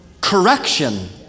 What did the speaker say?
correction